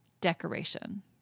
decoration